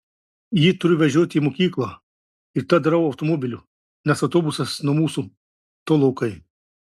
jį turiu vežioti į mokyklą ir tą darau automobiliu nes autobusas nuo mūsų tolokai